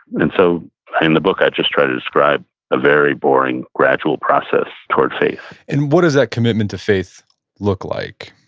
and so in the book, i just try to describe the ah very boring, gradual process towards faith and what does that commitment to faith look like,